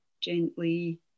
gently